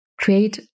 create